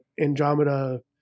Andromeda